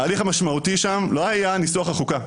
ההליך המשמעותי שם לא היה ניסוח החוקה.